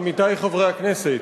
עמיתי חברי הכנסת,